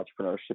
entrepreneurship